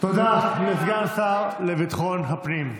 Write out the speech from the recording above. תודה לסגן השר לביטחון הפנים.